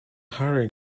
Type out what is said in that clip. harry